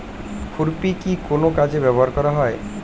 খুরপি কি কোন কাজে ব্যবহার করা হয়?